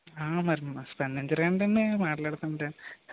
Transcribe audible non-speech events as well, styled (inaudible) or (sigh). ఆ మరి మస్తు (unintelligible) మాట్లాడుతుంటే